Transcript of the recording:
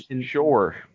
sure